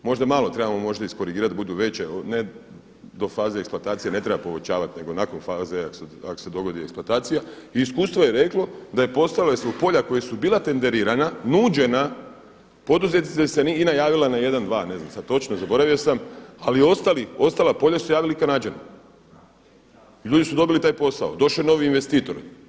Možda malo trebamo iz korigirat da budu veće, ne do faze eksploatacije ne treba povećavati nego nakon faze ako se dogodi eksploatacija, i iskustvo je reklo da postojalo ispod polja koja su bila tenderirana nuđena poduzetnicima, da se INA javila na jedan, dva ne znam sada točno zaboravio sam, ali za ostala polja su se javili Kanađani i ljudi su dobili taj posao, došao je novi investitor.